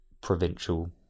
Provincial